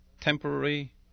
temporary